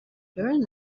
during